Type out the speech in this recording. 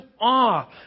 awe